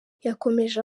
yakomeje